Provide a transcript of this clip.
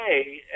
okay